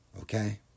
Okay